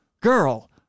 girl